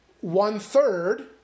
one-third